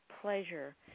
pleasure